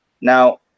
Now